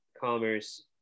commerce